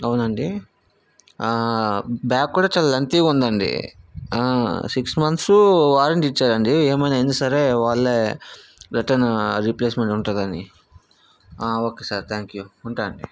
అవునండి బ్యాగ్ కూడా చాలా లెంగ్తిగా ఉంది అండి సిక్స్ మంత్స్ వారంటీ ఇచ్చారండి ఏమైనా అయినా సరే వాళ్ళే రిటర్న్ రీప్లేస్మెంట్ ఉంటుందని ఓకే సార్ థ్యాంక్ యూ ఉంటాను అండి